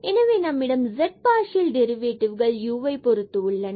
எனவே நம்மிடம் z partial டெரிவேட்டிவ்கள் u பொருத்து உள்ளன